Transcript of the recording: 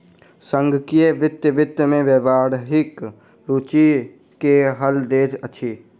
संगणकीय वित्त वित्त के व्यावहारिक रूचि के हल दैत अछि